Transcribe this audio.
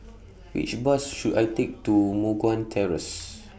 Which Bus should I Take to Moh Guan Terrace